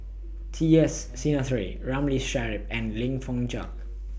T S Sinnathuray Ramli Sarip and Lim Fong Jock David